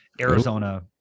Arizona